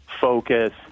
focus